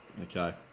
okay